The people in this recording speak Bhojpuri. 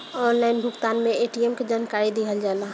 ऑनलाइन भुगतान में ए.टी.एम के जानकारी दिहल जाला?